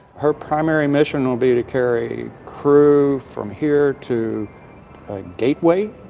her primary mission will be to carry crew from here to a gateway,